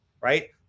right